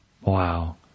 Wow